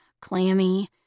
clammy